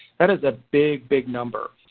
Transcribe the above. that is a big, big number.